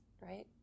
right